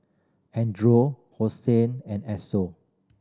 Andre Hosen and Esso